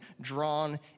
drawn